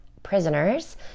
prisoners